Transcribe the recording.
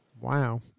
Wow